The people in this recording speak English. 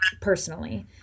personally